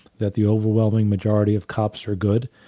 that the overwhelming majority of cops are good,